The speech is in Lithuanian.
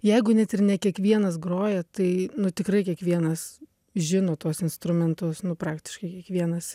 jeigu net ir ne kiekvienas groja tai nu tikrai kiekvienas žino tuos instrumentus nu praktiškai kiekvienas